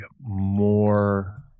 more